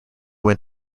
went